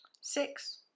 Six